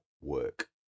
work